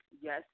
yes